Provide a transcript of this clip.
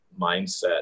mindset